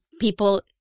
people